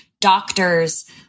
doctors